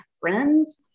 friends